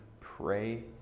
pray